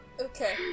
Okay